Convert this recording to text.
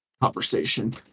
conversation